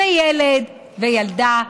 וילד וילדה,